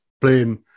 playing